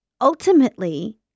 ultimately